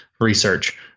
research